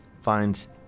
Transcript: finds